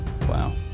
wow